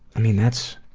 i mean that's,